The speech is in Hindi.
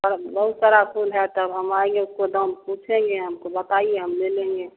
बहुत सारा फूल है त हम आएंगे उसका दाम पूछेंगे तो बताइए हम ले लेंगे